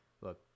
look